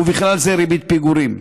ובכלל זה ריבית פיגורים.